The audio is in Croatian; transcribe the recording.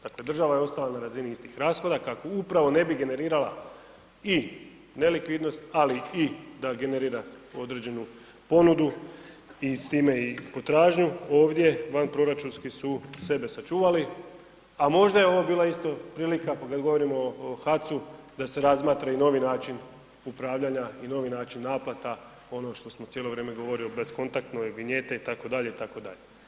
Dakle država je ostala na razini istih rashoda kako upravo ne bi generirala i nelikvidnost ali i da generira određenu ponudu i s time i potražnju, ovdje vanproračunski su sebe sačuvali a možda je ovo bila isto prilika pa kad govorimo o HAC-u, da se razmatra i novi način upravljanja i novi način naplata, ono što smo cijelo vrijeme govorili, beskontaktno i vinjete itd., itd.